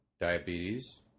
diabetes